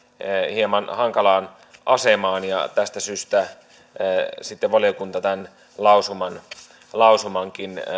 hieman hankalaan asemaan ja tästä syystä valiokunta tämän lausumankin